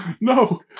No